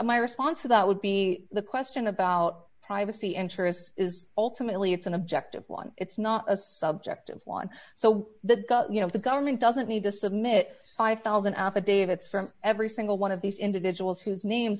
my response to that would be the question about privacy interests is ultimately it's an objective one it's not a subjective one so that you know the government doesn't need to submit five thousand affidavits from every single one of these individuals whose names